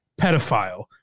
pedophile